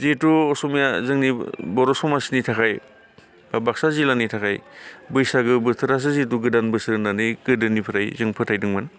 जिहेथु असमिया जोंनि बर' समाजनि थाखाय बा बाक्सा जिल्लानि थाखाय बैसागो बोथोरासो जिहेथु गोदान बोसोर होननानै गोदोनिफ्राय जों फोथायदोंमोन